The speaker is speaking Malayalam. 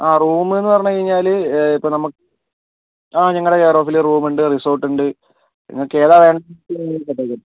ആ റൂം എന്ന് പറഞ്ഞുകഴിഞ്ഞാൽ ഇപ്പോൾ നമ ആ ഞങ്ങളുടെ കെയർ ഓഫിൽ റൂം ഉണ്ട് റിസോർട്ട് ഉണ്ട് നിങ്ങൾക്ക് ഏതാണ് വേണ്ടതെന്ന് വെച്ചാൽ സെറ്റ് ആക്കിത്തരാം